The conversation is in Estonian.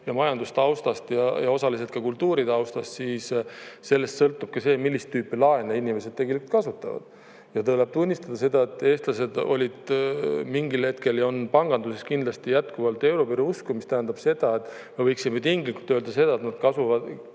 ja majandustaustast ja osaliselt ka kultuuritaustast, sellest sõltubki see, millist tüüpi laene inimesed tegelikult kasutavad. Ja tuleb tunnistada seda, et eestlased olid mingil hetkel ja on panganduses kindlasti jätkuvalt euribori usku, mis tähendab seda, et me võiksime tinglikult öelda seda, et nad kasutavad